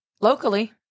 Locally